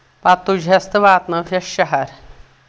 پَتہٕ تُجہَس تہٕ واتنٲوہَس شہر